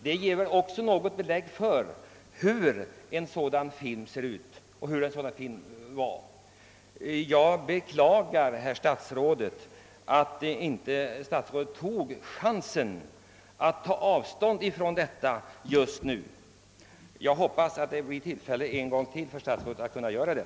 Det ger väl ett klart belägg för vad det är för film som statsrådet medverkar uti. Jag beklagar att statsrådet inte tog chansen att nu ta avstånd från sitt agerande i filmen. Jag hoppas att han får ett nytt tillfälle att göra det.